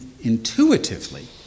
intuitively